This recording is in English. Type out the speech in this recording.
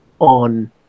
on